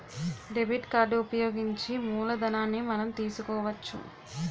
debit card ఉపయోగించి మూలధనాన్ని మనం తీసుకోవచ్చు